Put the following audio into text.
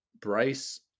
Bryce